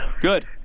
Good